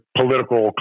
political